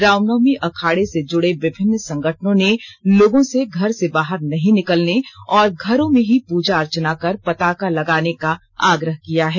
रामनवमी अखाड़े से जुड़े विभिन्न संगठनों ने लोगों से घर से बाहर नहीं निकलने और घरों में ही पूजा अर्चना कर पताका लगाने का आग्रह किया है